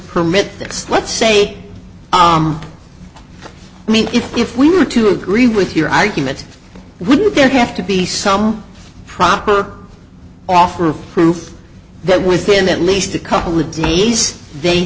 this let's say i mean if we were to agree with your arguments wouldn't there have to be some proper offer proof that within at least a couple of days they